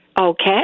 Okay